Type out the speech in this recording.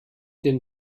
den